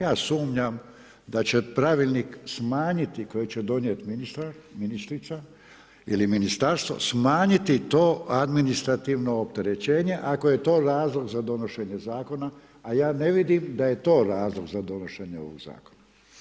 Ja sumnjam da će pravilnik smanjiti koji će donijeti ministrica ili ministarstvo, smanjiti to administrativno opterećenje ako je to razlog za donošenje zakona, a ja ne vidim da je to razlog za donošenje ovog zakona.